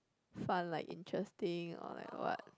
fun like interesting or like what